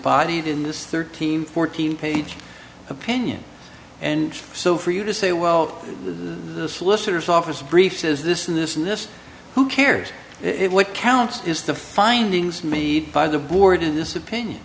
in this thirteen fourteen page opinion and so for you to say well the solicitor's office brief says this and this and this who cares if what counts is the findings made by the board in this opinion